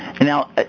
Now